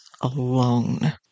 alone